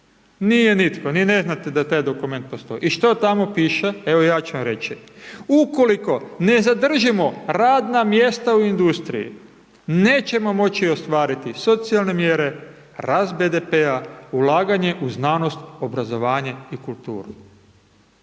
nije nitko ni ne znate da taj dokument postoji. I što tamo piše, evo ja ću vam reći. Ukoliko ne zadržimo radna mjesta u industriji nećemo moći ostvariti socijalne mjere, rast BDP-a, ulaganje u znanost, obrazovanje i kulturu.